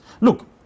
Look